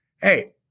hey